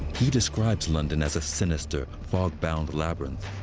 he describes london as a sinister, fog-bound labyrinth.